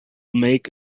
make